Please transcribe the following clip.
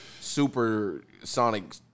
supersonic